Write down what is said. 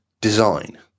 design